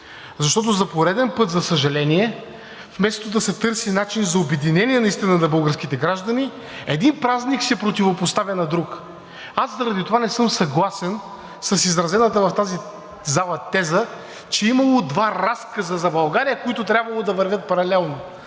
защото за пореден път, за съжаление, вместо да се търси начин за обединение на българските граждани – един празник се противопоставя на друг. Аз заради това не съм съгласен с изразената в тази зала теза, че е имало два разказа за България, които трябвало да вървят паралелно,